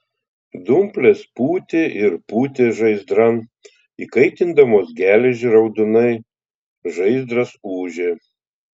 dumplės pūtė ir pūtė žaizdran įkaitindamos geležį raudonai žaizdras ūžė